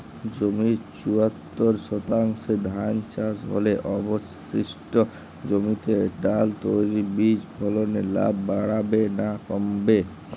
জমির চুয়াত্তর শতাংশে ধান চাষ হলে অবশিষ্ট জমিতে ডাল তৈল বীজ ফলনে লাভ বাড়বে না কমবে?